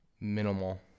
minimal